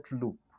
loop